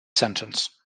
sentence